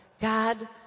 God